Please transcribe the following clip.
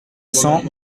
cent